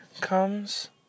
comes